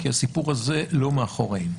כי הסיפור הזה לא מאחורינו.